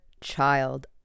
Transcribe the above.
child